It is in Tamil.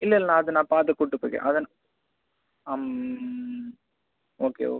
இல்லல்லை நான் அதை நான் பார்த்து கூட்டி போய்க்கிறேன் அதை ஓகே ஓ